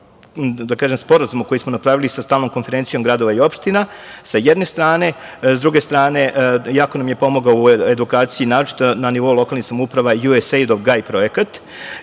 da kažem, Sporazumu koji smo napravili sa Stalnom konferencijom gradova i opština sa jedne strane. S druge strane, jako nam je pomogao u edukaciji, naročito na nivou lokalnih samouprava, USAID-ov Gaj projekat